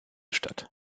statt